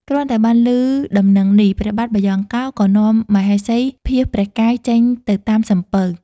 គ្រាន់តែបានឮដំណឹងនេះ ព្រះបាទបាយ៉ង់កោ ក៏នាំមហេសីភៀសព្រះកាយចេញទៅតាមសំពៅ។